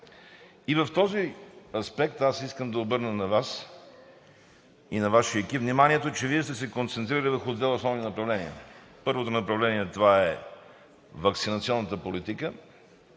В този аспект аз искам да обърна на Вас и на Вашия екип вниманието, че Вие сте се концентрирали върху две основни направления. Първото направление, това е ваксинационната политика